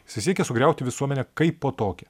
jisai siekė sugriauti visuomenę kaipo tokią